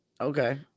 Okay